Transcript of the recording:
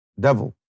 Devil